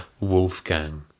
Wolfgang